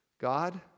God